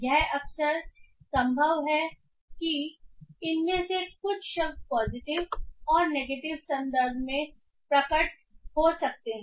यह अक्सर संभव है कि इनमें से कुछ शब्द पॉजिटिव और नेगेटिव संदर्भ में प्रकट हो सकते हैं